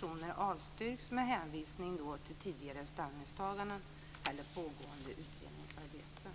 motioner avstyrks med hänvisning till tidigare ställningstaganden eller pågående utredningsarbete.